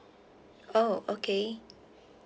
oh okay